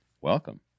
welcome